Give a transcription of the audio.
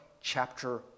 chapter